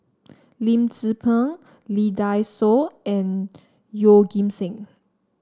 Lim Tze Peng Lee Dai Soh and Yeoh Ghim Seng